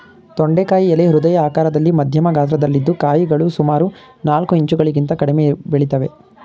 ತೊಂಡೆಕಾಯಿ ಎಲೆ ಹೃದಯ ಆಕಾರದಲ್ಲಿ ಮಧ್ಯಮ ಗಾತ್ರದಲ್ಲಿದ್ದು ಕಾಯಿಗಳು ಸುಮಾರು ನಾಲ್ಕು ಇಂಚುಗಳಿಗಿಂತ ಕಡಿಮೆ ಬೆಳಿತವೆ